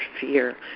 fear